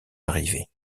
arrivait